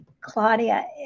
Claudia